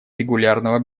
регулярного